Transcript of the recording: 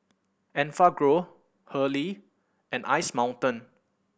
Enfagrow Hurley and Ice Mountain